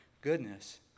goodness